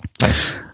Nice